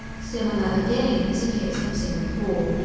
similar again is a case from singapore.